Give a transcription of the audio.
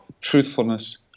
truthfulness